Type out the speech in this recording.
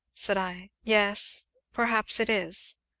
said i yes perhaps it is.